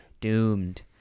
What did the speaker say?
Doomed